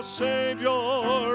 savior